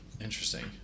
Interesting